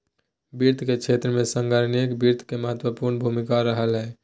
वित्त के क्षेत्र में संगणकीय वित्त के महत्वपूर्ण भूमिका रहलय हें